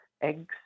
Eggs